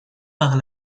par